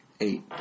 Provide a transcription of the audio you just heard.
Eight